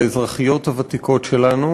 לאזרחיות הוותיקות שלנו,